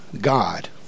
God